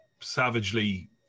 savagely